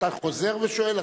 אתה חוזר ושואל,